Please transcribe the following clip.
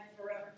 forever